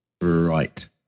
right